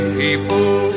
people